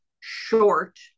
short